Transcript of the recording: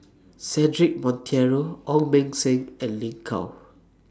Cedric Monteiro Ong Beng Seng and Lin Gao